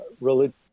religious